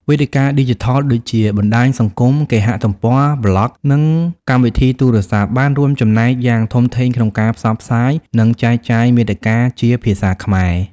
វេទិកាឌីជីថលដូចជា បណ្ដាញសង្គម គេហទំព័រ ប្លុក និងកម្មវិធីទូរស័ព្ទ បានរួមចំណែកយ៉ាងធំធេងក្នុងការផ្សព្វផ្សាយ និងចែកចាយមាតិកាជាភាសាខ្មែរ។